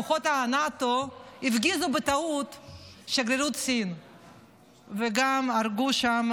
כוחות נאט"ו הפגיזו בטעות את שגרירות סין וגם הרגו שם